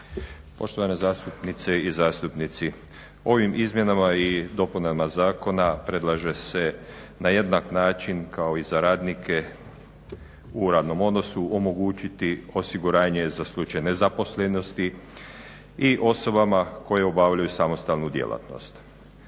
poštovane zastupnice i zastupnici. Ovim izmjenama i dopunama zakona predlaže se na jednak način kao i za radnike u radnom odnosu omogućiti osiguranje za slučaj nezaposlenosti i osobama koje obavljaju samostalnu djelatnost.